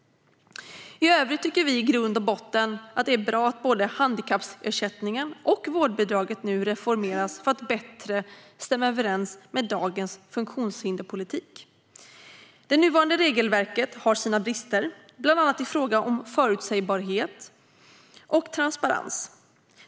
I övrigt tycker vi att det i grund och botten är bra att både handikappersättningen och vårdbidraget nu reformeras för att bättre stämma överens med dagens funktionshinderspolitik. Det nuvarande regelverket har sina brister, bland annat i fråga om förutsägbarhet och transparens.